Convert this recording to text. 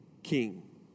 king